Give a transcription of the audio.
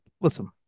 listen